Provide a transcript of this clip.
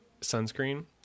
sunscreen